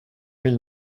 mille